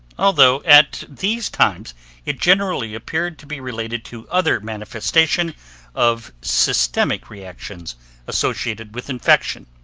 although at these times it generally appeared to be related to other manifestation of systemic reactions associated with infection.